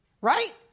right